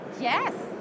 Yes